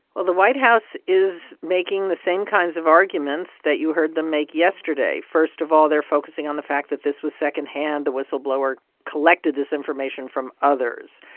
well, the white house is making the same kinds of arguments that you heard them make yesterday. first of all, they're focusing on the fact that this was second-hand. the whistleblower collected this information from others.